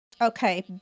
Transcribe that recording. Okay